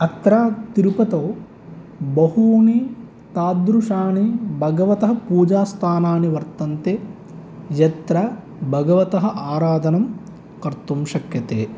अत्र तिरुपतौ बहूनि तादृशानि भगवतः पूजास्थानानि वर्तन्ते यत्र भगवतः आराधनं कर्तुं शक्यते